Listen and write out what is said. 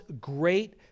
great